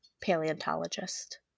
paleontologist